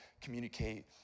communicate